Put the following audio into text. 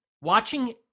Watching